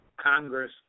Congress